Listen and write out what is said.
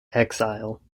exile